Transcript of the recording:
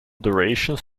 durations